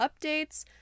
updates